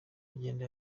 uganda